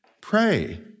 pray